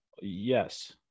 Yes